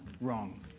wrong